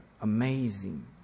Amazing